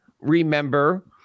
remember